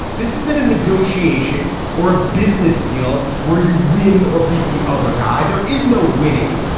this isn't a negotiation or a business deal where you win or beat the other guy. there is no winning.